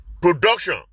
production